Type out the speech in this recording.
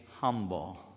humble